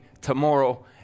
tomorrow